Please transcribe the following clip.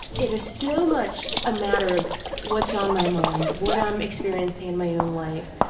it is so much a matter of what's on my mind, what i'm experiencing in my own life,